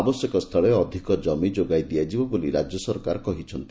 ଆବଶ୍ୟକସ୍ତୁଳେ ଅଧିକ ଜମି ଯୋଗାଇ ଦିଆଯିବ ବୋଲି ରାଜ୍ୟ ସରକାର କହିଛନ୍ତି